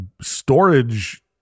storage